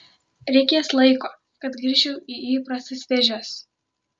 reikės laiko kad grįžčiau į įprastas vėžes